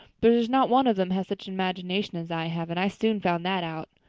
but there's not one of them has such an imagination as i have and i soon found that out.